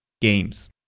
games